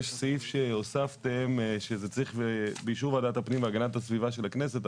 יש סעיף שהוספתם שזה צריך באישור ועדת הפנים והגנת הסביבה של הכנסת.